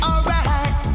Alright